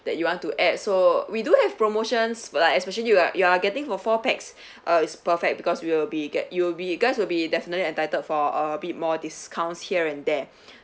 that you want to add so uh we do have promotions but like especially like you're you're getting for four pax uh it's perfect because we'll be get you'll be cause will be definitely entitled for uh a bit more discounts here and there